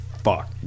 fuck